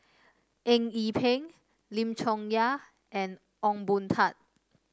Eng Yee Peng Lim Chong Yah and Ong Boon Tat